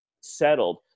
settled